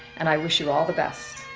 and i wish you all the best.